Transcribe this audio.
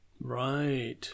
Right